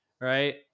right